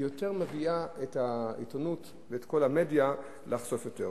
היא מביאה את העיתונות ואת כל המדיה לחשוף יותר.